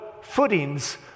footings